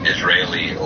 Israeli